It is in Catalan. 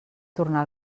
tornar